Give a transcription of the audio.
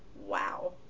Wow